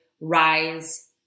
rise